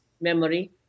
memory